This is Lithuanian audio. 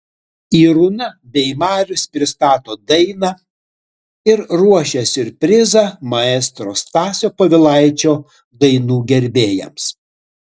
irūna bei marius pristato dainą ir ruošia siurprizą maestro stasio povilaičio dainų gerbėjams